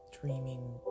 dreaming